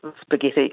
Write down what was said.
spaghetti